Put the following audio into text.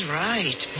right